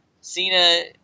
cena